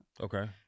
Okay